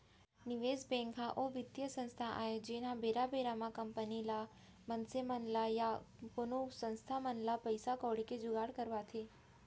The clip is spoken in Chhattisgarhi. निवेस बेंक ह ओ बित्तीय संस्था आय जेनहा बेरा बेरा म कंपनी मन ल मनसे मन ल या कोनो संस्था मन ल पइसा कउड़ी के जुगाड़ करवाथे